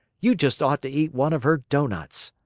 you just ought to eat one of her doughnuts!